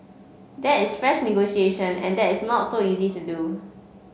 that is fresh negotiation and that is not so easy to do